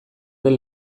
den